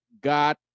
God